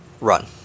run